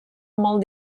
molt